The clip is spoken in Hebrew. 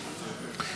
נתקבלה.